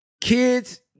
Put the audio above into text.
kids